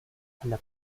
alla